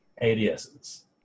ads's